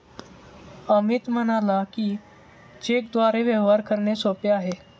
अमित म्हणाला की, चेकद्वारे व्यवहार करणे सोपे आहे